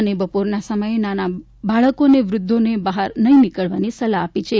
અને બપોરના સમયે નાના બાળકો વ્રદ્વોને બહાર નહીં નીકળવાની સલાહ આપી છે